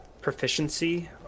proficiency